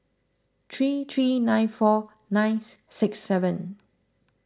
three three nine four ninth six seven